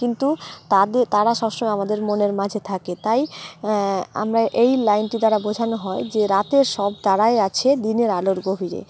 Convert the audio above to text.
কিন্তু তাদের তারা সবসময় আমাদের মনের মাঝে থাকে তাই আমরা এই লাইনটি দ্বারা বোঝানো হয় যে রাতের সব তারাই আছে দিনের আলোর গভীরে